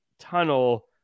tunnel